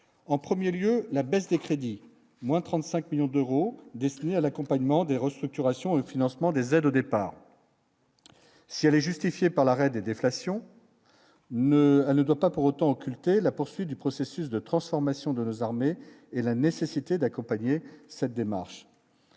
en 1er lieu la baisse des crédits moins 35 millions d'euros destinés à l'accompagnement des restructurations au financement des aides au départ. Si elle est justifiée par l'arrêt des déflation ne le doit pas pour autant occulter la poursuite du processus de transformation de l'armée et la nécessité d'accompagner cette démarche,